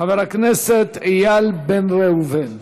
חבר הכנסת איל בן ראובן.